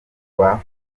kubafata